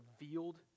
revealed